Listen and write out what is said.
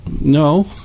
no